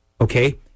okay